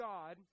God